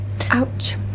Ouch